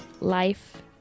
life